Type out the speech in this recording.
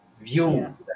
view